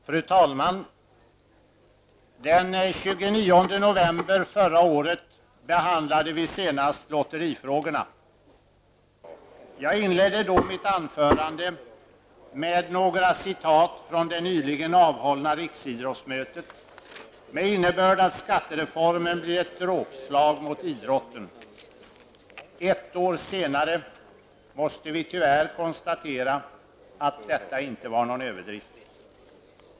Fru talman! Den 29 november förra året behandlade vi senast lotterifrågorna. Jag inledde då mitt anförande med några citat från det nyligen avhållna riksidrottsmötet med innebörd att skattereformen blir ett dråpslag mot idrotten. Ett år senare måste vi tyvärr konstatera att detta inte var någon överdrift.